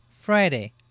Friday